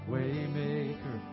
Waymaker